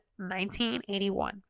1981